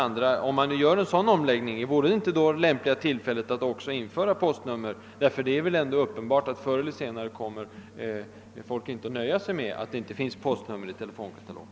Vore inte en sådan omläggning ett lämpligt tillfälle att också införa postnummer i telefonkatalogens adressangivelser? Jag tror man får räkna med växande krav på att postnumren skall anges i telefonkatalogen.